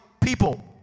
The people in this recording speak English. people